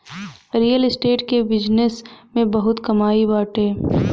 real estate के बिजनेस में बहुते कमाई बाटे